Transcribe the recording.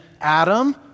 Adam